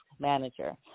manager